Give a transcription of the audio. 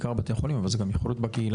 בעיקר בתי החולים אבל זה יכול להיות גם בקהילה,